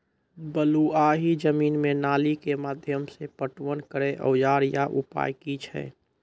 बलूआही जमीन मे नाली के माध्यम से पटवन करै औजार या उपाय की छै?